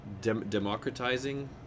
democratizing